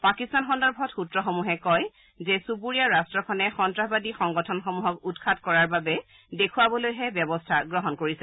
পাকিস্তান সন্দৰ্ভত সূত্ৰসমূহে কয় যে চুবুৰীয়া ৰাট্টখনে সন্ত্ৰাসবাদী সংগঠনসমূহক উৎখাত কৰাৰ বাবে দেখাবলৈহে ব্যৱস্থা গ্ৰহণ কৰিছে